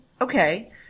okay